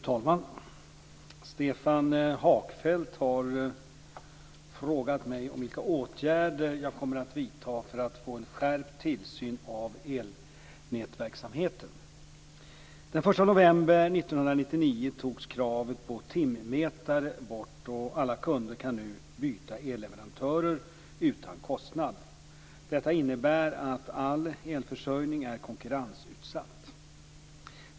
Fru talman! Stefan Hagfeldt har frågat mig om vilka åtgärder jag kommer att vidta för att få en skärpt tillsyn av elnätverksamheten. Den 1 november 1999 togs kravet på timmätare bort, och alla kunder kan nu byta elleverantör utan kostnad. Detta innebär att all elförsörjning är konkurrensutsatt.